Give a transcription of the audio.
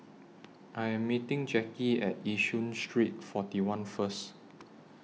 I Am meeting Jackie At Yishun Street forty one First